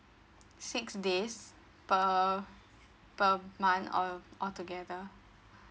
six days per per month all altogether